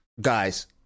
guys